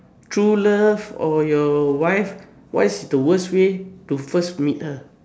true love or your wife what is the worst way to first meet her